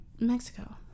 Mexico